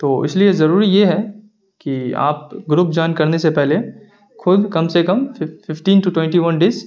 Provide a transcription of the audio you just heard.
تو اس لیے ضروری یہ ہے کہ آپ گروپ جوائن کرنے سے پہلے خود کم سے کم fifteen to twenty one days